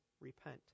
repent